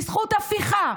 בזכות הפיכה,